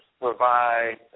provide